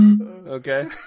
Okay